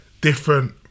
different